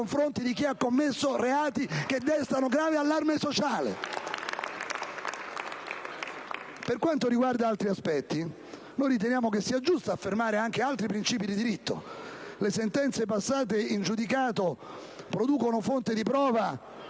Per quanto riguarda altri aspetti, noi riteniamo che sia giusto affermare anche altri principi di diritto. Le sentenze passate in giudicato producono fonte di prova.